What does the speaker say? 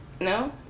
no